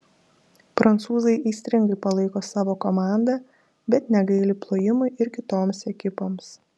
prancūzai aistringai palaiko savo komandą bet negaili plojimų ir kitoms ekipoms